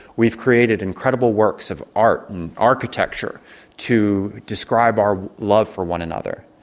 we've created incredible works of art and architecture to describe our love for one another.